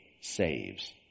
saves